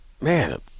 man